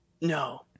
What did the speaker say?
no